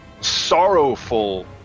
sorrowful